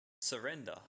surrender